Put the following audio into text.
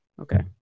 Okay